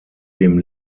dem